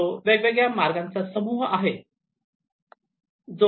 जो वेगवेगळ्या मार्गांचा समूह आहे